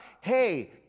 Hey